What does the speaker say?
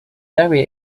very